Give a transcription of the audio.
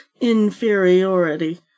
inferiority